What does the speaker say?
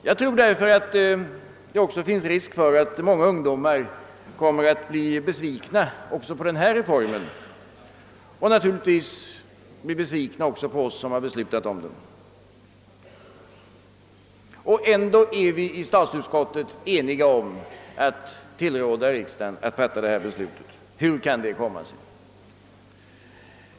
Jag tror därför att det också finns risk för att våra ungdomar kommer att bli besvikna även på denna reform och naturligtvis också på oss som har beslutat den. Ändå är vi i utskottet eniga om att tillråda riksdagen att fatta detta beslut. Hur kan detta komma sig?